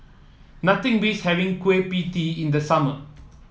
nothing beats having Kueh Pie Tee in the summer